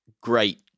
great